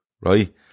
right